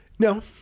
No